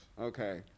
Okay